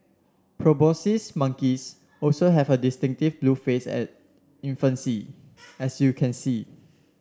proboscis monkeys also have a distinctive blue face at infancy as you can see